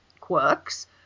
quirks